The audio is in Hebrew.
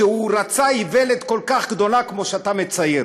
שהוא רצה איוולת כל כך גדולה כמו שאתה מצייר,